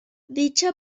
dicha